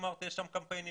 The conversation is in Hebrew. אמרת שיש שם קמפיינים?